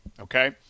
okay